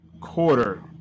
quarter